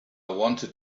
wanted